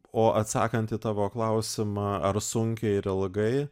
o atsakant į tavo klausimą ar sunkiai ir ilgai